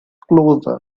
closer